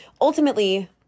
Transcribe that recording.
ultimately